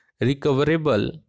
recoverable